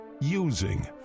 Using